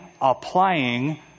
applying